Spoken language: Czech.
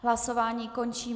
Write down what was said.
Hlasování končím.